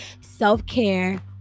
self-care